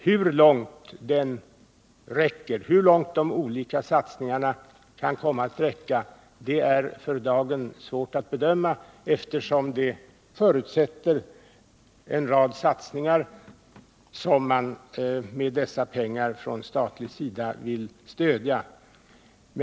Hur långt den kan komma att räcka är för dagen svårt att bedöma, eftersom det förutsätter en rad satsningar som man med dessa pengar vill stödja från statlig sida.